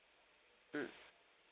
mm